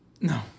No